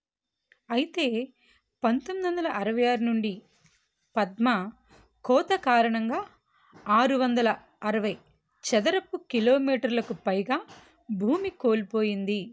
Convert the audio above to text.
అయితే పంతొమ్మిదొందల అరవై ఆరు నుండి పద్మ కోత కారణంగా ఆరువందల అరవై చదరపు కిలోమీటర్లకు పైగా భూమి కోల్పోయింది